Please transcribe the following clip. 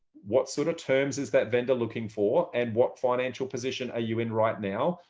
what sort of terms is that vendor looking for? and what financial position are you in right now?